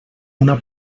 una